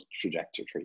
trajectory